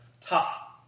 tough